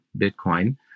Bitcoin